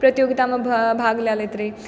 प्रतियोगिता मे भाग लए लैत रही